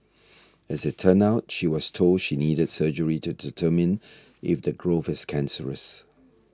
as it turned out she was told she needed surgery to determine if the growth was cancerous